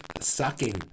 sucking